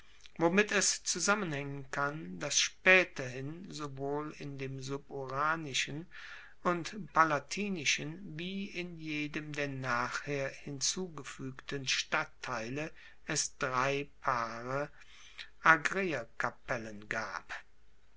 womit es zusammenhaengen kann dass spaeterhin sowohl in dem suburanischen und palatinischen wie in jedem der nachher hinzugefuegten stadtteile es drei paare argeerkapellen gab